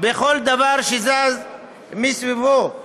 בכל דבר שזז מסביבו.